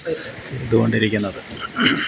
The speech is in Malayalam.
ചെയ്തുകൊണ്ടിരിക്കുന്നത്